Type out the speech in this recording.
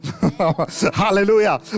Hallelujah